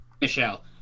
Michelle